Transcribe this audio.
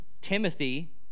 Timothy